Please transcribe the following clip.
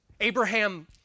Abraham